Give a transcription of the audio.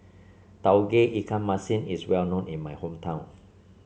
Tauge Ikan Masin is well known in my hometown